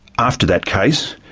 after that case,